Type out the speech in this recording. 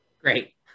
Great